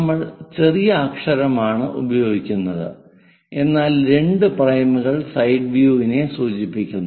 നമ്മൾ ചെറിയ അക്ഷരമാണ് ഉപയോഗിക്കുന്നത് എന്നാൽ രണ്ട് പ്രൈമുകൾ സൈഡ് വ്യൂ യിനെ സൂചിപ്പിക്കുന്നു